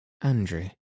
Andrew